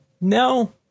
no